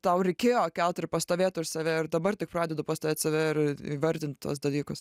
tau reikėjo kelt ir pastovėt už save ir dabar tik pradedu pastovėt save ir įvardint tuos dalykus